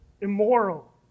immoral